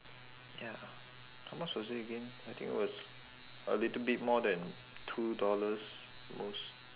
ya how much was it again I think was a little bit more than two dollars at most